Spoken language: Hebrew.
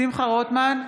שמחה רוטמן,